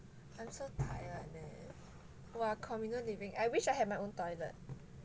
I'm so tired leh we're a communal living I wish I had my own toilet